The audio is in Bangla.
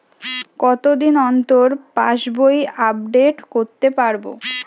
কতদিন অন্তর পাশবই আপডেট করতে পারব?